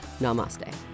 Namaste